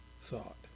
thought